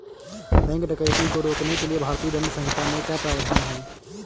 bank डकैती को रोकने के लिए भारतीय दंड संहिता में क्या प्रावधान है